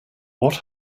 what